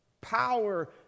power